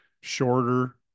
shorter